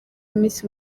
miss